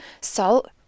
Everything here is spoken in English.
salt